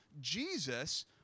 Jesus